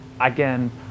Again